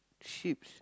sheeps